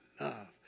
love